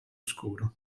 scuro